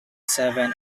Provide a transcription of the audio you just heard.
seven